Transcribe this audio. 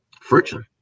Friction